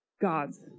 God's